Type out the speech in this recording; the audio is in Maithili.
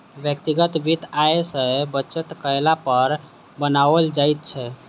व्यक्तिगत वित्त आय सॅ बचत कयला पर बनाओल जाइत छै